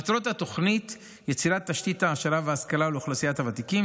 מטרות התוכנית: יצירת תשתית העשרה והשכלה לאוכלוסיית הוותיקים,